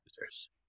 users